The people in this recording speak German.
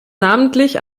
namentlich